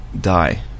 die